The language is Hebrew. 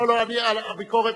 לא, לא, אני, הביקורת,